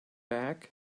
bag